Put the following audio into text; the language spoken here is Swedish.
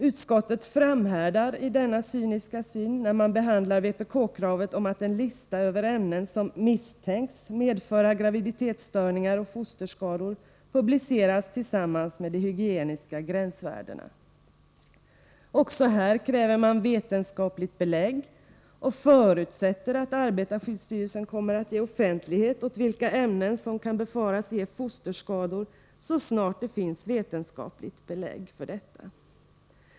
Utskottet framhärdar i denna cyniska syn när man behandlar vpk-kravet om att en lista över ämnen som misstänks medföra graviditetsstörningar och fosterskador publiceras tillsammans med de hygieniska gränsvärdena. Också här kräver man vetenskapliga belägg och förutsätter att arbetarskyddsstyrelsen kommer att ge offentlighet åt vilka ämnen som kan befaras ge fosterskador. Detta skall ske så snart det finns vetenskapliga belägg.